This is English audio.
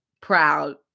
proud